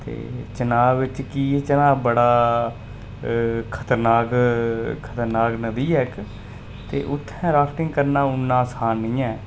ते चनांऽ बिच्च कि चनांऽ बड़ा खतरनाक खतरनाक नदी ऐ इक ते उत्थै राफ्टिंग करना उन्ना असान नेईं ऐ